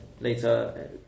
later